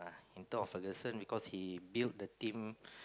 in term of Ferguson because he build the team